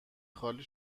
خالی